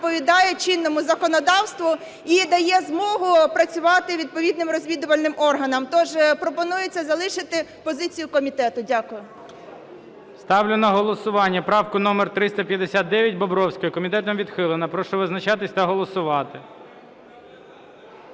чинному законодавству і дає змогу працювати відповідним розвідувальним органам. Тож пропонується залишити позицію комітету. Дякую. ГОЛОВУЮЧИЙ. Ставлю на голосування правку 359 Бобровської. Комітетом відхилена. Прошу визначатись та голосувати.